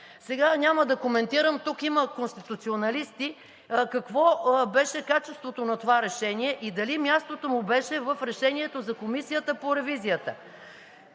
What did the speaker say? Сега няма да коментирам, тук има конституционалисти, какво беше качеството на това решение и дали мястото му беше в решението за Комисията по ревизията.